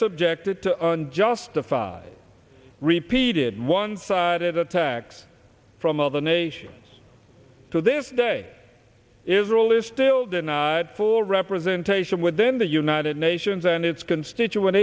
subjected to justify repeated one sided attacks from other nations to this day israel is still denied full representation within the united nations and its constituent